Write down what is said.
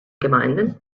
gemeinden